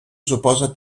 suposa